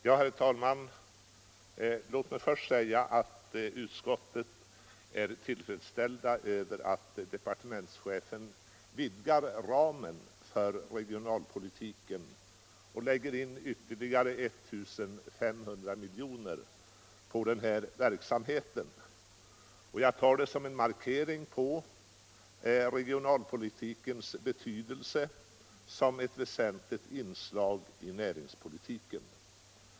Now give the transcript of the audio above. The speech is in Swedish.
Herr talman! Låt mig först säga att utskottet är tillfredsställt över att departementschefen vidgar ramen för regionalpolitiken och lägger ytterligare 1 500 milj.kr. på denna verksamhet. Jag tar det såsom en markering av regionalpolitikens betydelse som ett väsentligt inslag i näringspolitiken.